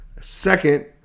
Second